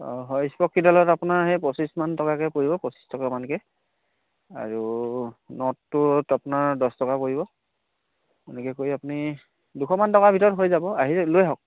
অঁ হয় স্পককেইডালত আপোনাৰ সেই পঁচিছমান টকাকৈ পৰিব পঁচিছ টকা মানকৈ আৰু নটটোত আপোনাৰ দছ টকা পৰিব এনেকৈ কৰি আপুনি দুশমান টকাৰ ভিতৰত হৈ যাব আহি লৈ আহক